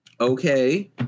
Okay